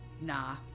Nah